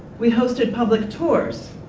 we hosted public tours,